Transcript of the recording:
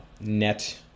net